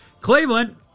Cleveland